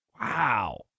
Wow